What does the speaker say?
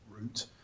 route